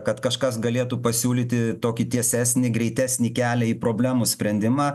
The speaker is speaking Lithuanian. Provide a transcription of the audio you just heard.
kad kažkas galėtų pasiūlyti tokį tiesesnį greitesnį kelią į problemų sprendimą